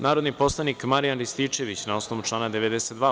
Narodni poslanik Marijan Rističević, na osnovu člana 92.